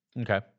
Okay